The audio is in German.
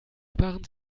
sparen